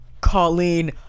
Colleen